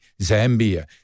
Zambia